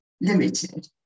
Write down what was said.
Limited